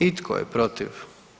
I tko je protiv?